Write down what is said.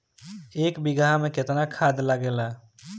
एक बिगहा में केतना खाद लागेला?